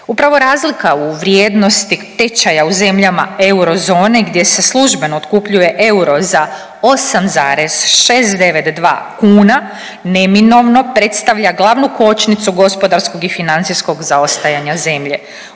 Upravo razlika u vrijednosti tečaja u zemljama eurozone gdje se službeno otkupljuje euro za 8,692 kuna neminovno predstavlja glavnu kočnicu gospodarskog i financijskog zaostajanja zemlje.